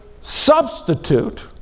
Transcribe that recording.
substitute